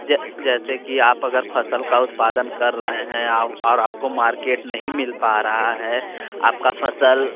जै जैसे कि आप अगर फसल का उत्पादन कर रहे हैं औ और आपको मार्केट नहीं मिल पा रहा है आपका फसल